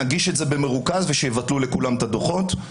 נגיש את זה במרוכז ושיבטלו לכולם את הדוחות.